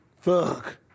Fuck